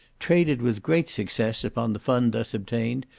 traded with great success upon the fund thus obtained,